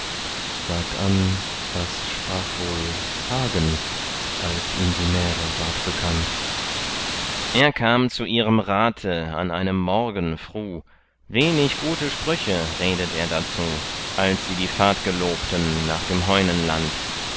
sagt an was sprach wohl hagen als ihm die märe ward bekannt er kam zu ihrem rate an einem morgen fruh wenig gute sprüche redet er dazu als sie die fahrt gelobten nach dem